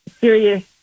serious